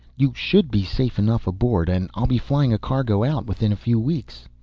you should be safe enough aboard, and i'll be flying a cargo out within a few weeks.